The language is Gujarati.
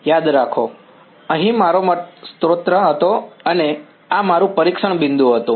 યાદ રાખો અહીં આ મારો સ્રોત હતો અને આ મારું પરીક્ષણ બિંદુ હતું